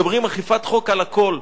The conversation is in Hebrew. מדברים על אכיפת חוק על הכול.